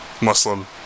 Muslim